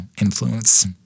influence